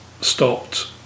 stopped